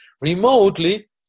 Remotely